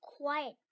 quiet